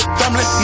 family